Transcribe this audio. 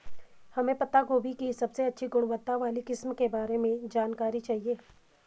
हमें पत्ता गोभी की सबसे अच्छी गुणवत्ता वाली किस्म के बारे में जानकारी चाहिए?